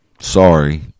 sorry